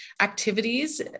activities